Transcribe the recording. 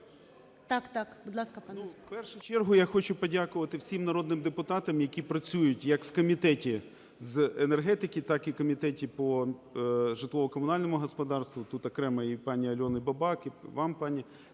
Так-так, будь ласка, пане